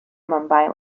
mumbai